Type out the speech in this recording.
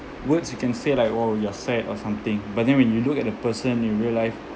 words you can say like oh you're sad or something but then when you look at the person in real life